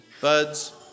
buds